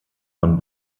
von